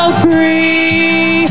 free